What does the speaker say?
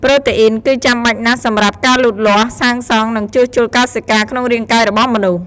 ប្រូតេអុីនគឺចាំបាច់ណាស់សម្រាប់ការលូតលាស់ សាងសង់ និងជួសជុលកោសិកាក្នុងរាងកាយរបស់មនុស្ស។